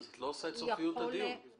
הוא יכול --- אז את לא עושה את סופיות הדיון.